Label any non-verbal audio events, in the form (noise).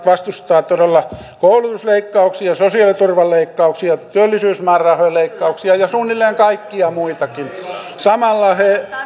(unintelligible) vastustavat todella koulutusleikkauksia sosiaaliturvan leikkauksia työllisyysmäärärahojen leikkauksia ja suunnilleen kaikkia muitakin samalla